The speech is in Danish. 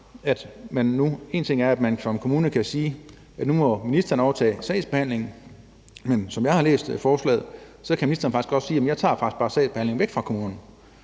selvstyre. En ting er, at man som kommune kan sige, at nu må ministeren overtage sagsbehandlingen, men som jeg har læst forslaget, kan ministeren faktisk også sige: Jeg tager faktisk bare sagsbehandlingen væk fra kommunerne.